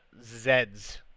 Zeds